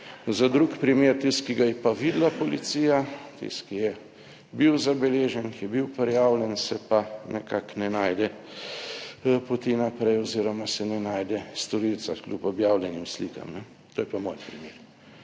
za drug primer, tisti, ki ga je pa videla policija, tisti, ki je bil zabeležen, ki je bil prijavljen, se pa nekako ne najde poti naprej oziroma se ne najde storilca, kljub objavljenim slikam, to je pa moj primer.